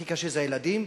הכי קשה זה הילדים,